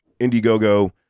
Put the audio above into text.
Indiegogo